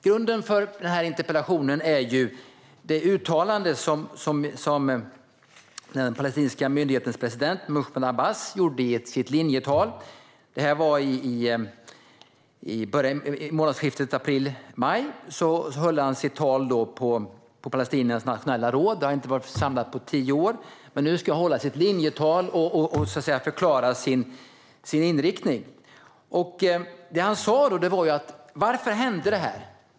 Grunden för den här interpellationen är det uttalande som den palestinska myndighetens president Mahmoud Abbas gjorde i sitt linjetal den 1 maj i palestiniernas nationella råd, som inte varit samlat på tio år. Nu skulle han hålla sitt linjetal och förklara sin inriktning. Det han sa var: Varför hände detta?